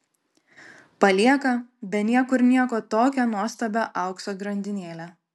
palieka be niekur nieko tokią nuostabią aukso grandinėlę